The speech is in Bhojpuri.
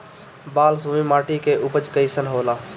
बालसुमी माटी मे उपज कईसन होला?